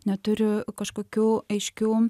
neturi kažkokių aiškių